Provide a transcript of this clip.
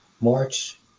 March